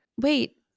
Wait